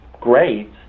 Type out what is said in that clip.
great